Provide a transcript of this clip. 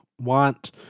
want